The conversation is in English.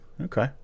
okay